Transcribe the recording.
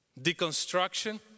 Deconstruction